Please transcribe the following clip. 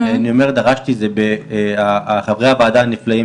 כשאני אומר 'דרשתי' זה חברי הוועדה הנפלאים